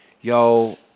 yo